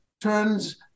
turns